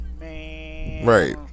Right